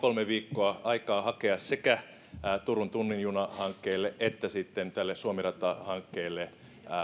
kolme viikkoa aikaa hakea sekä turun tunnin juna hankkeelle että sitten suomi rata hankkeelle